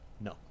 No